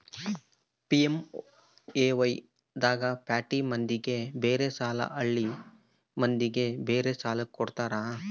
PMAY ದಾಗ ಪ್ಯಾಟಿ ಮಂದಿಗ ಬೇರೆ ಸಾಲ ಹಳ್ಳಿ ಮಂದಿಗೆ ಬೇರೆ ಸಾಲ ಕೊಡ್ತಾರ